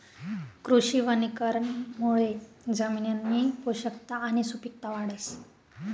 कृषी वनीकरणमुये जमिननी पोषकता आणि सुपिकता वाढस